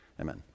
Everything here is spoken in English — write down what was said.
Amen